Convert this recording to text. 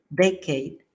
decade